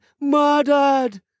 murdered